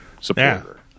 supporter